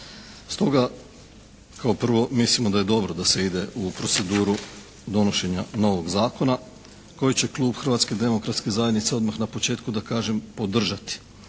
Stoga kao prvo, mislimo da je dobro da se ide u proceduru donošenja novog zakona koji će klub Hrvatske demokratske zajednice odmah na početku da kažem, podržati,